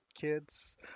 kids